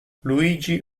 luigi